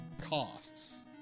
costs